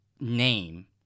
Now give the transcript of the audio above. name